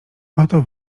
oto